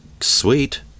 Sweet